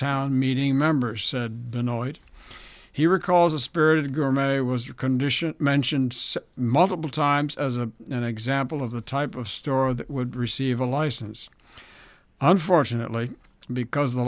town meeting members said benoit he recalls a spirit of government it was a condition mentioned multiple times as a an example of the type of store that would receive a license unfortunately because the